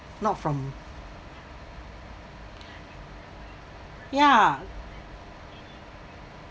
not from ya